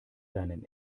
deinen